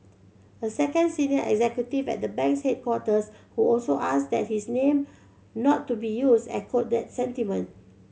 a second senior executive at the bank's headquarters who also asked that his name not to be used echoed that sentiment